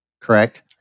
Correct